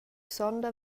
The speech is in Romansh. sonda